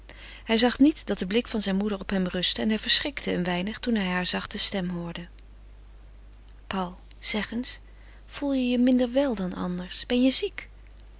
hij zag niet dat de blik zijner moeder op hem rustte en hij verschrikte een weinig toen hij haar zachte stem hoorde paul zeg eens voel je je minder wel dan anders ben je ziek